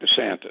DeSantis